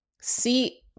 See